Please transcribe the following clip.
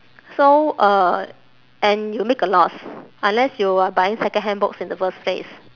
so uh and you make a loss unless you are buying secondhand books in the first place